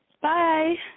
Bye